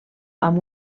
amb